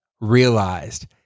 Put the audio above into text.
realized